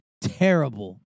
terrible